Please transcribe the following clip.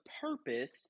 purpose